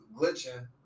glitching